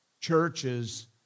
churches